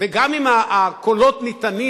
וגם אם הקולות ניתנים,